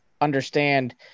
understand